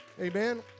Amen